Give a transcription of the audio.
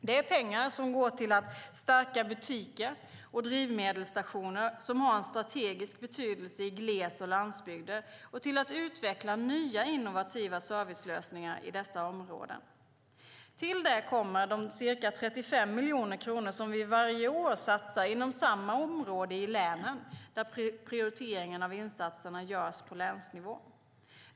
Det är pengar som går till att stärka butiker och drivmedelsstationer som har en strategisk betydelse i gles och landsbygder och till att utveckla nya innovativa servicelösningar i dessa områden. Till det kommer de ca 35 miljoner kronor som vi varje år satsar inom samma område i länen, där prioriteringen av insatserna görs på länsnivå.